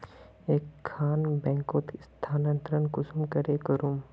एक खान बैंकोत स्थानंतरण कुंसम करे करूम?